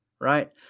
right